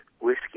whiskey